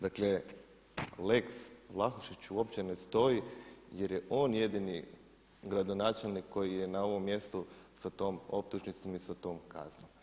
Dakle, lex Vlahušić uopće ne stoji jer je on jedini gradonačelnik koji je na ovom mjestu sa tom optužnicom i sa tom kaznom.